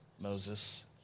Moses